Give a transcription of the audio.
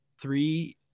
three